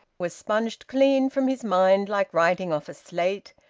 was sponged clean from his mind like writing off a slate,